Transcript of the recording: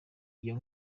iyo